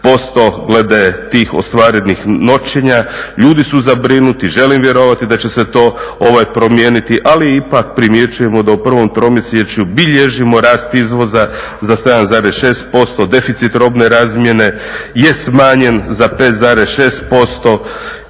glede tih ostvarenih noćenja. Ljudi su zabrinuti. Želim vjerovati da će se to promijeniti, ali ipak primjećujemo da u prvom tromjesečju bilježimo rast izvoza za 7,6%, deficit robne razmjene je smanjen za 5,6%.